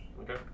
Okay